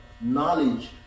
knowledge